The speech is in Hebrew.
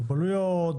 במוגבלויות,